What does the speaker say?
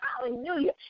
Hallelujah